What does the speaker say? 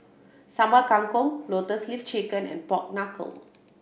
Sambal Kangkong Lotus Leaf Chicken and pork knuckle